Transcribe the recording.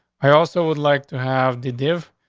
i also would like to have the div.